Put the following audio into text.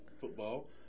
football